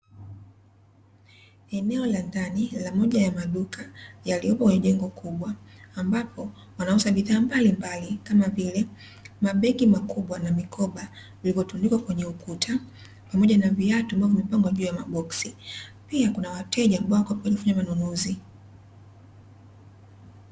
Eneo la ndani ya moja ya maduka yaliyopo kwenye jengo kubwa, ambapo wanauza bidhaa mbalimbali kama vile mabegi makubwa na mikoba, vilivyotundikwa kwenye ukuta pamoja na viatu vilivyopangwa kwenye maboksi, pia kuna wateja ambao wamekuja kufanya manunuzi.